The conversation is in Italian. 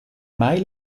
mai